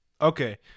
Okay